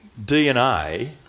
DNA